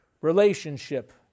relationship